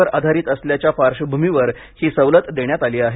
वर आधारीत असल्याच्या पार्श्वभूमीवर ही सवलत देण्यात आली आहे